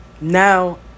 now